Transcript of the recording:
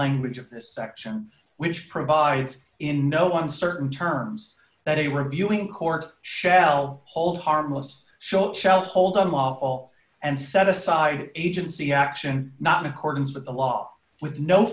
language of this section which provides in no uncertain terms that a reviewing court shell hold harmless show chokehold unlawful and set aside agency action not in accordance with the law with no